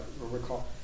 recall